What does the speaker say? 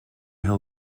hill